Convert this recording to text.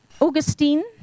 Augustine